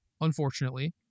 unfortunately